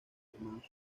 hermanos